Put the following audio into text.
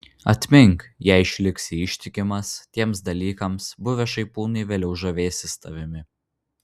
atmink jei išliksi ištikimas tiems dalykams buvę šaipūnai vėliau žavėsis tavimi